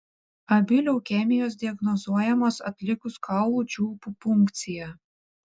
abi leukemijos diagnozuojamos atlikus kaulų čiulpų punkciją